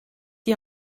die